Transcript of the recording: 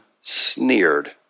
sneered